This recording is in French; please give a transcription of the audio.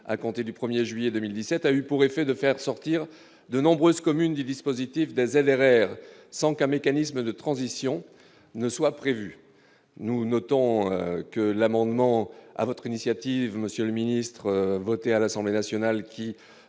à compter du 1er juillet 2017 a eu pour effet de faire sortir de nombreuses communes du dispositif des RR 100 cas mécanisme de transition ne soit prévu, nous notons que l'amendement à votre initiative, Monsieur le ministre, votée à l'Assemblée nationale